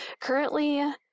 Currently